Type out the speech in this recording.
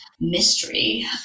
mystery